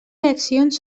reaccions